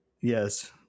Yes